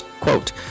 Quote